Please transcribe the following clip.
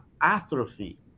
atrophy